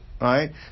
Right